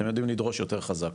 אתם יודעים לדרוש יותר חזק,